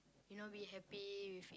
you know be happy with it